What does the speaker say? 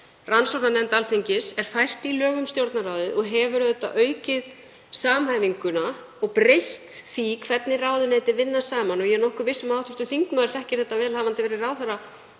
rannsóknarnefnd Alþingis, er fært í lög um Stjórnarráðið og hefur auðvitað aukið samhæfinguna og breytt því hvernig ráðuneyti vinna saman. Ég er nokkuð viss um að hv. þingmaður þekkir þetta vel hafandi verið ráðherra